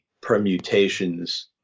permutations